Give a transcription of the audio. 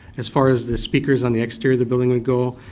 as far as the speakers on the exterior of the building we go,